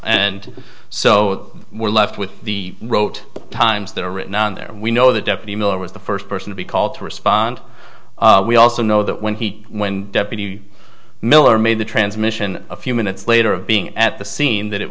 and so we're left with the rote times that are written there and we know the deputy miller was the first person to be called to respond we also know that when he when deputy miller made the transmission a few minutes later of being at the scene that it